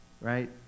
Right